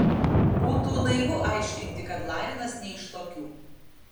būtų naivu aiškinti kad larinas ne iš tokių